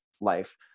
life